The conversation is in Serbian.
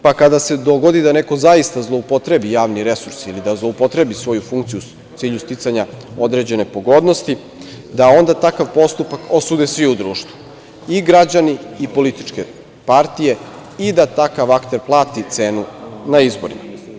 Pa, kada se dogodi da neko zaista zloupotrebi javni resurs, ili da zloupotrebi svoju funkciju u cilju sticanja određene pogodnosti, da onda takav postupak osude svi u društvu i građani i političke partije i da takav akter plati cenu na izborima.